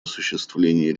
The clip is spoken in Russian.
осуществлении